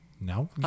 No